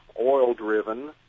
oil-driven